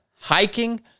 hiking